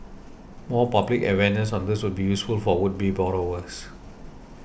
more public awareness on this would be useful for would be borrowers